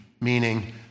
meaning